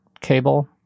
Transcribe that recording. cable